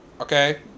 okay